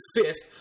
fist